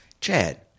Chad